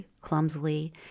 clumsily